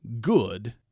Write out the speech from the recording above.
good